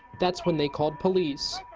that's when they called police.